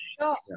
sure